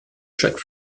chaque